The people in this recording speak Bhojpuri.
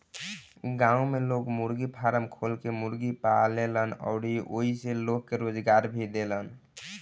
गांव में लोग मुर्गी फारम खोल के मुर्गी पालेलन अउरी ओइसे लोग के रोजगार भी देलन